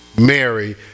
Mary